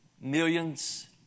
millions